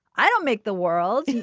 i don't make the world.